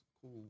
cool